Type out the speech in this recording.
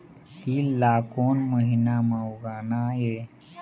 तील ला कोन महीना म उगाना ये?